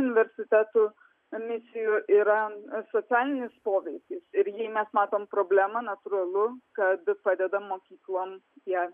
universitetų misijų yra socialinis poveikis ir jei mes matom problemą natūralu kad padedam mokyklom jas